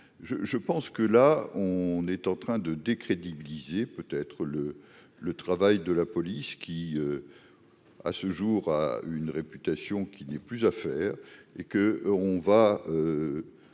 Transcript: je pense que là on est en train de décrédibiliser peut être le le travail de la police, qui à ce jour, a une réputation qui n'est plus à faire et que on va